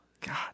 God